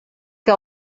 que